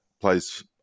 plays